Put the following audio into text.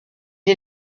est